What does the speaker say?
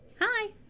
Hi